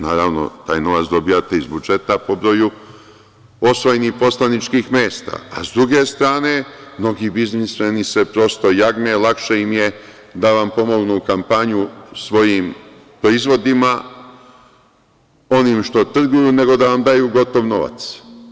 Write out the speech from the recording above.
Naravno, taj novac dobijate iz budžeta po broju osvojenih poslaničkih mesta, a sa druge strane mnogi biznismeni se prosto jagme, lakše im je da vam pomognu kampanju svojim proizvodima, onim što trguju, nego da vam daju gotov novac.